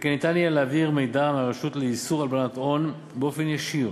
וכן ניתן יהיה להעביר מידע מהרשות לאיסור הלבנת הון באופן ישיר